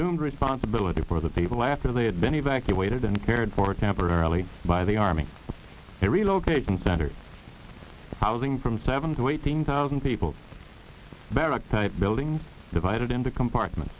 doomed responsibility for the people after they had been evacuated and cared for example early by the army relocation centers housing from seven to eighteen thousand people barrack type buildings divided into compartments